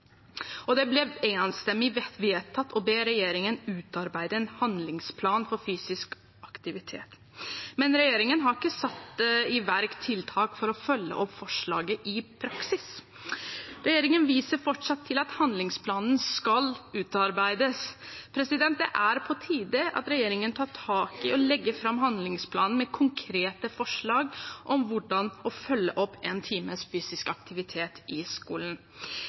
skolen. Det ble enstemmig vedtatt å be regjeringen utarbeide en handlingsplan for fysisk aktivitet. Men regjeringen har ikke satt i verk tiltak for å følge opp forslaget i praksis. Regjeringen viser fortsatt til at handlingsplanen skal utarbeides. Det er på tide at regjeringen tar tak i dette og legger fram en handlingsplan med konkrete forslag om hvordan man skal følge opp en times fysisk aktivitet i skolen.